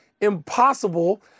impossible –